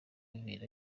bibiri